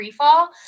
Freefall